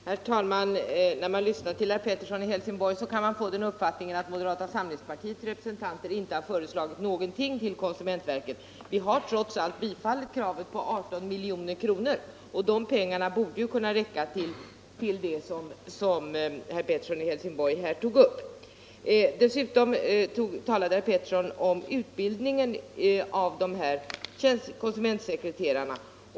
Herr talman! När man lyssnar till herr Pettersson i Helsingborg kan man få den uppfattningen att moderata samlingspartiets representanter inte har föreslagit någonting till konsumentverket, men vi har trots allt bifallit kravet på 18 milj.kr. De pengarna borde räcka till det som herr Pettersson i Helsingborg här nämnde. Dessutom talade herr Pettersson om utbildning av konsumentsekreterarna.